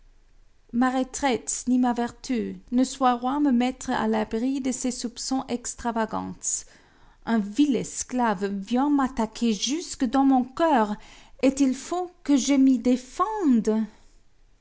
ma retraite ni ma vertu ne sauroient me mettre à l'abri de ses soupçons extravagants un vil esclave vient m'attaquer jusque dans mon cœur et il faut que je m'y défende